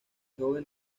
joven